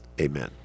amen